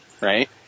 right